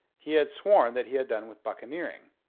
he had sworn that he had done with buccaneering.